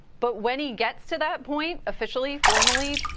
but when he gets to that point, officially, formally,